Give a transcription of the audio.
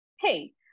hey